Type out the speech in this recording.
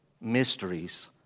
mysteries